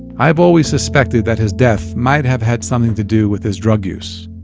i've always suspected that his death might have had something to do with his drug use,